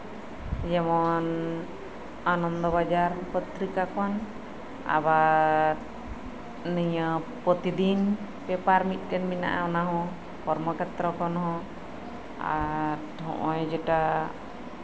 ᱡᱮᱢᱚᱱ ᱟᱱᱚᱱᱫᱚᱵᱟᱡᱟᱨ ᱯᱚᱛᱨᱤᱠᱟ ᱠᱷᱚᱱ ᱟᱵᱟᱨ ᱱᱤᱭᱟᱹ ᱯᱨᱚᱛᱫᱤᱱ ᱯᱮᱯᱟᱨ ᱠᱷᱚᱱ ᱟᱨ ᱢᱤᱫᱴᱟᱱ ᱯᱮᱯᱟᱨ ᱢᱮᱱᱟᱜᱼᱟ ᱠᱚᱨᱢᱚ ᱠᱷᱮᱛᱨᱚ ᱠᱷᱚᱱᱦᱚᱸ ᱟᱨ ᱱᱚᱜ ᱚᱭ ᱡᱮᱴᱟ